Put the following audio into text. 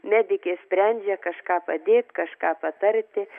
medikės sprendžia kažką padėt kažką patarti